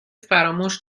فراموش